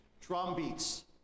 drumbeats